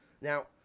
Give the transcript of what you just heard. Now